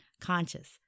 Conscious